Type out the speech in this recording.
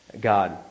God